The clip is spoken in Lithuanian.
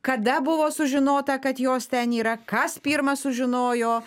kada buvo sužinota kad jos ten yra kas pirmas sužinojo